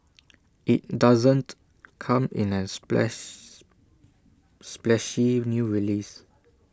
IT doesn't come in A splash splashy new release